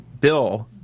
Bill